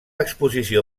exposició